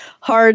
hard